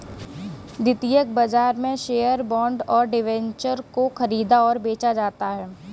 द्वितीयक बाजार में शेअर्स, बॉन्ड और डिबेंचर को ख़रीदा और बेचा जाता है